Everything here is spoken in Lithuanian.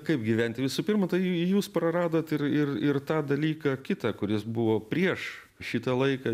kaip gyventi visų pirma tai jūs praradot ir ir ir tą dalyką kitą kuris buvo prieš šitą laiką